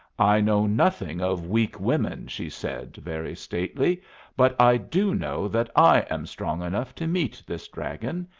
i know nothing of weak women, she said, very stately but i do know that i am strong enough to meet this dragon,